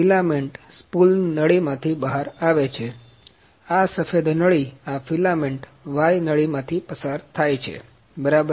filament spool નળી માંથી બહાર આવે છે થાય છે આ સફેદ નળી આ ફિલામેન્ટ y નળીમાંથી પસાર થાય છે બરાબર